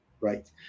right